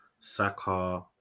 Saka